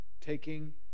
taking